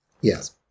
Yes